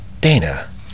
Dana